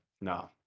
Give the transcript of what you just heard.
No